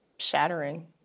shattering